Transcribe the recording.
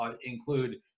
include